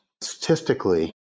statistically